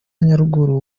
nyaruguru